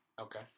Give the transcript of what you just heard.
Okay